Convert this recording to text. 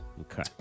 Okay